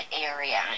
area